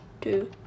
two